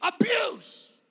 abuse